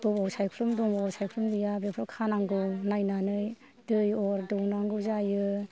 बबाव सायख्लुम दङ बबाव सायख्लुम गैया बेफोरखौ खानांगौ नायनानै दै अर दौनांगौ जायो